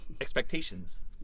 Expectations